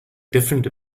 different